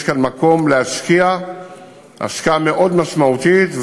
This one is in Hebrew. יש כאן מקום להשקיע השקעה מאוד משמעותית,